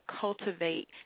cultivate